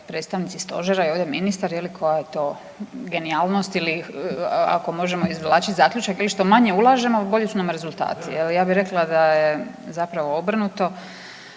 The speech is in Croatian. predstavnici stožera i ovdje ministar je li koja je to genijalnost ili ako možemo izvlačit zaključak ili što manje ulažemo bolji su nam rezultati je li. Ja bi rekla da je zapravo obrnuto.